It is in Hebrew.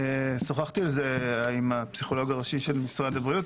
שוחחתי על זה עם הפסיכולוגי הראשי של משרד הבריאות.